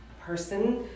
person